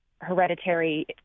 hereditary